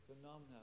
phenomena